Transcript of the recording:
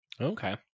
Okay